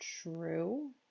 true